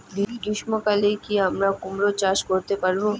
গ্রীষ্ম কালে কি আমরা কুমরো চাষ করতে পারবো?